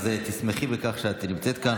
אז תשמחי בכך שאת נמצאת כאן.